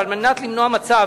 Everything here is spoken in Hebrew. וכדי למנוע מצב,